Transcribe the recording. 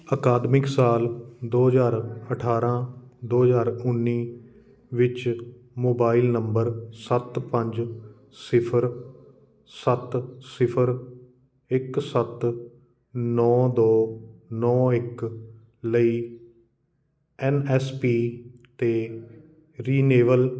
ਅਕਾਦਮਿਕ ਸਾਲ ਦੋ ਹਜ਼ਾਰ ਅਠਾਰਾਂ ਦੋ ਹਜ਼ਾਰ ਉੱਨੀ ਵਿੱਚ ਮੋਬਾਈਲ ਨੰਬਰ ਸੱਤ ਪੰਜ ਸਿਫਰ ਸੱਤ ਸਿਫਰ ਇੱਕ ਸੱਤ ਨੌਂ ਦੋ ਨੋ ਇੱਕ ਲਈ ਐੱਨ ਐੱਸ ਪੀ 'ਤੇ ਰਿਨਿਵੇਲ